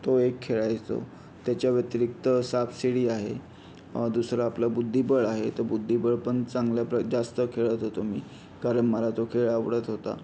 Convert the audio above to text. तो एक खेळायचो त्याच्या व्यतिरिक्त सापसिडी आहे दुसरं आपलं बुद्धिबळ आहे तर बुद्धिबळ पण चांगल्याप्र जास्त खेळत होतो मी कारण मला तो खेळ आवडत होता